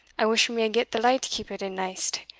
i wish we may get the light keepit in neist,